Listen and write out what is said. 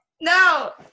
No